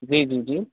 جی جی جی